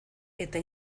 eta